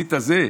עשית זה?